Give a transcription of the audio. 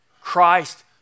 Christ